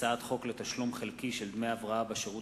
הצעת חוק לתשלום חלקי של דמי הבראה בשירות